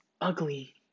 ugly